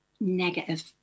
negative